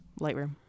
Lightroom